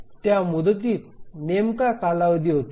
त्या मुदतीत नेमका कालावधी होतो